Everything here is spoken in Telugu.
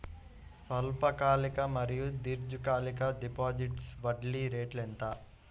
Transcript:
స్వల్పకాలిక మరియు దీర్ఘకాలిక డిపోజిట్స్లో వడ్డీ రేటు ఎంత?